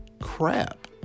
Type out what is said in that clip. crap